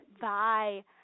Bye